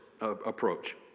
approach